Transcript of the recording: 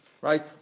right